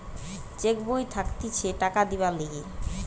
check বই থাকতিছে টাকা দিবার লিগে